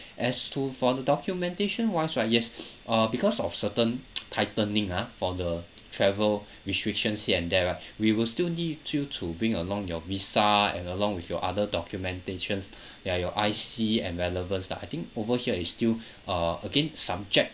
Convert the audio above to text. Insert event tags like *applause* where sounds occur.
as to for the documentation wise right yes *breath* uh because of certain *noise* tightening ah for the travel restrictions here and there lah we will still need you to bring along your visa and along with your other documentations *breath* ya your I_C and relevance lah I think over it's still *breath* uh again subject